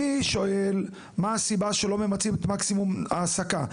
אני שואל מה הסיבה שלא ממצים את מקסימום ההעסקה.